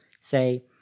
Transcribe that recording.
say